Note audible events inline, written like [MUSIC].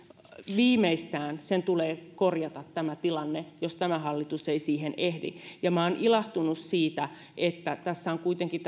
viimeistään tulee korjata tämä tilanne jos tämä hallitus ei siihen ehdi olen ilahtunut siitä että tässä salissa on kuitenkin [UNINTELLIGIBLE]